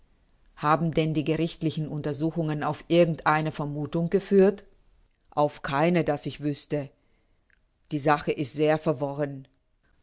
haben denn die gerichtlichen untersuchungen auf irgend eine vermuthung geführt auf keine daß ich wüßte die sache ist sehr verworren